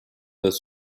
das